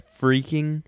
freaking